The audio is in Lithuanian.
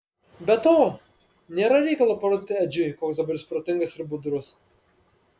be to nėra reikalo parodyti edžiui koks dabar jis protingas ir budrus